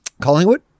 Collingwood